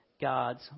God's